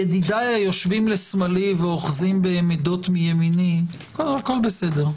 --- ידידיי היושבים לשמאלי ואוחזים במידות מימיני הכל בסדר.